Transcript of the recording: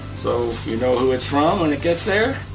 so you know who it's from when it gets there.